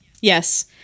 Yes